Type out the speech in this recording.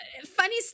Funny